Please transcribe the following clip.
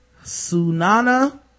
Sunana